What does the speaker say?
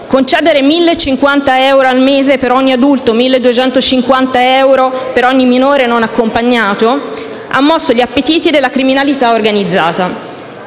Concedere 1.050 euro al mese per ogni adulto e 1.250 euro per ogni minore non accompagnato ha mosso gli appetiti della criminalità organizzata.